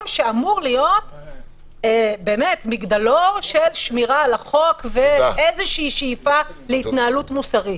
שאמור להיות מגדלור של שמירה על החוק ואיזה שאיפה להתנהלות מוסרית.